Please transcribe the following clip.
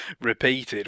repeated